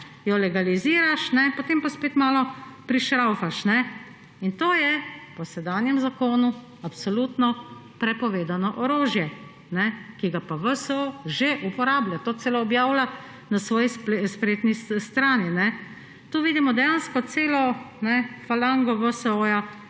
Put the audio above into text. legaliziraš, potem pa spet malo prišraufaš. To je po sedanjem zakonu absolutno prepovedano orožje, ki ga VSO že uporablja in to celo objavlja na svoji spletni strani. Tu vidimo dejansko celo falango VSO,